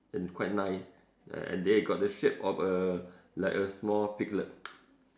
and quite nice and they got the shape of a like a small piglet